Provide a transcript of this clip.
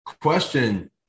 question